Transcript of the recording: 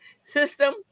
system